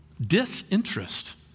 Disinterest